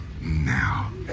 now